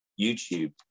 YouTube